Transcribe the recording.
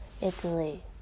Italy